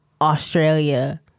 Australia